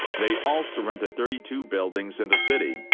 they also rented thirty two buildings in the city,